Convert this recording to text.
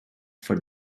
for